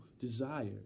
desire